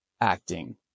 acting